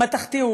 מתכתי,